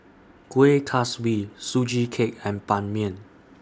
Kueh Kaswi Sugee Cake and Ban Mian